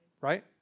Right